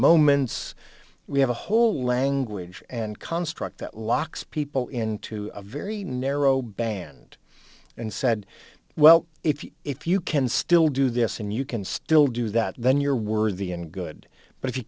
moments we have a whole language and construct that locks people into a very narrow band and said well if you if you can still do this and you can still do that then you're worthy and good but if you